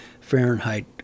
Fahrenheit